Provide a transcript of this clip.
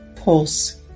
Pulse